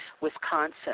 Wisconsin